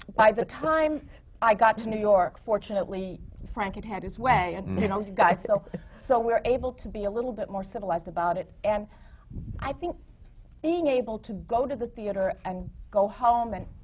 by the time i got to new york, fortunately frank had had his way, and you know, you guys. so so we are able to be a little bit more civilized about it. and i think being able to go to the theatre and go home and,